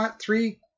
three